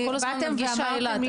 את כל הזמן מדגישה אילת.